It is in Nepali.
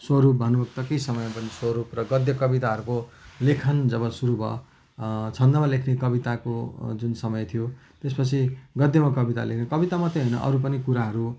स्वरूप भानुभक्तकै समयको स्वरूप र गद्य कविताहरूको लेखन जब सुरु भयो छन्दमा लेख्ने कविताको जुन समय थियो त्यस पछि गद्यमा कविता लेख्ने कविता मात्रै होइन अरू पनि कुराहरू